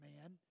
man